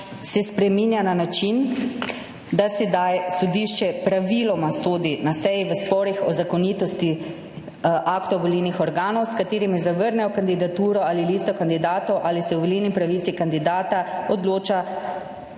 se spreminja na način, da sedaj sodišče praviloma sodi na seji v sporih o zakonitosti aktov volilnih organov, s katerimi zavrnejo kandidaturo ali listo kandidatov ali se o volilni pravici kandidata odloča